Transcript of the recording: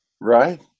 right